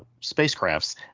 spacecrafts